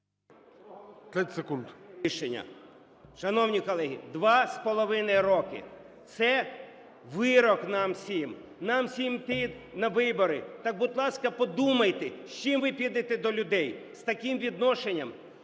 Шановні колеги, 2,5 роки. Це вирок нам всім. Нам всім йти на вибори, так, будь ласка, подумайте, з чим ви підете до людей. З таким відношенням…